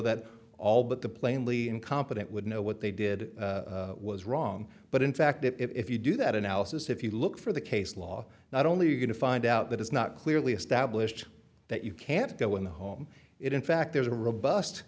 that all but the plainly incompetent would know what they did was wrong but in fact if you do that analysis if you look for the case law not only are you going to find out that is not clearly established that you can't go in the home it in fact there's a r